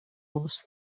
los